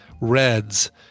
reds